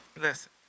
listen